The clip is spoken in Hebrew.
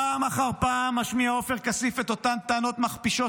פעם אחר פעם משמיע עופר כסיף את אותן טענות מכפישות